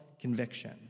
conviction